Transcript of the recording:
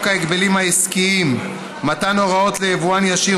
ההגבלים העסקיים (מתן הוראות ליבואן ישיר,